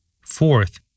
Fourth